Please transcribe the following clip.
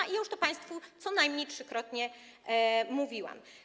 I ja już to państwu co najmniej trzykrotnie mówiłam.